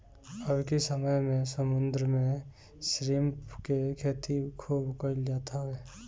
अबकी समय में समुंदर में श्रिम्प के खेती खूब कईल जात हवे